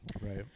Right